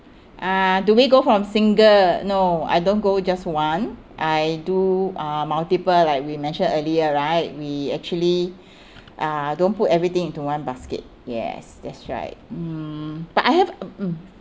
uh do we go for single no I don't go just one I do uh multiple like we mentioned earlier right we actually uh don't put everything into one basket yes that's right mm but I have mm